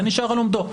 זה נשאר על עומדו.